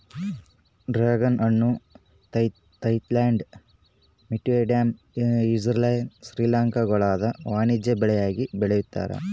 dragon ಹಣ್ಣು Thailand Vietnam Israel ಶ್ರೀಲಂಕಾಗುಳಾಗ ವಾಣಿಜ್ಯ ಬೆಳೆಯಾಗಿ ಬೆಳೀತಾರ